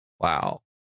Wow